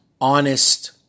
honest